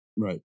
right